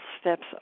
steps